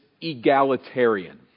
egalitarian